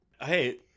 Hey